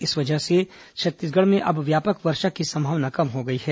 इस वजह से छत्तीसगढ़ में अब व्यापक वर्षा की संभावना कम हो गई है